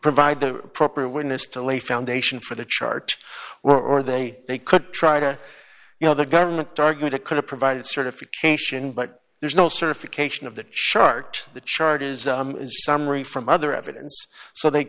provide the proper witness to lay foundation for the chart were or they they could try to you know the government argued it could have provided certification but there's no certification of the chart the chart is summary from other evidence so they